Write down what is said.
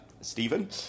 Stephen